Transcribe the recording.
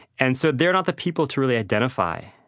and so they're not the people to really identify.